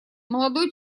молодой